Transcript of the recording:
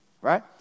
right